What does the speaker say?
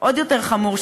עוד יותר חמור,